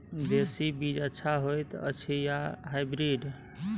देसी बीज अच्छा होयत अछि या हाइब्रिड?